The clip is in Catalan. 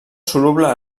soluble